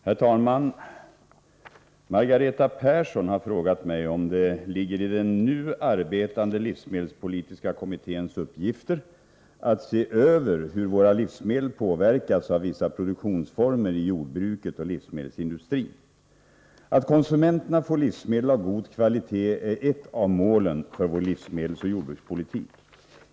Herr talman! Margareta Persson har frågat mig om det ligger i den nu arbetande livsmedelspolitiska kommitténs uppgifter att se över hur våra livsmedel påverkas av vissa produktionsformer i jordbruket och livsmedelsindustrin. Att konsumenterna får livsmedel av god kvalitet är ett av målen för vår livsmedelsoch jordbrukspolitik.